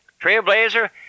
Trailblazer